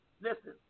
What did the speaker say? Listen